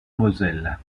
moselle